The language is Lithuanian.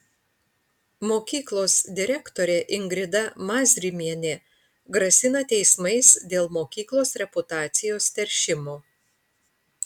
mokyklos direktorė ingrida mazrimienė grasina teismais dėl mokyklos reputacijos teršimo